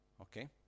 Okay